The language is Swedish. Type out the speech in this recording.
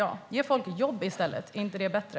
Ge folk jobb i stället! Är inte det bättre?